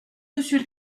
monsieur